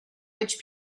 which